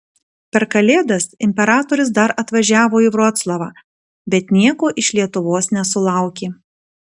per kalėdas imperatorius dar atvažiavo į vroclavą bet nieko iš lietuvos nesulaukė